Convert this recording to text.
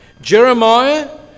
jeremiah